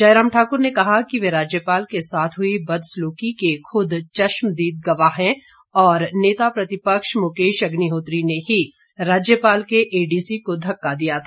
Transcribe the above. जयराम ठाकुर ने कहा कि ये राज्यपाल के साथ हुई बदसलूकी के खुद चश्मदीद गवाह हैं और नेता प्रतिपक्ष मुकेश अग्निहोत्री ने ही राज्यपाल के एडीसी को धक्का दिया था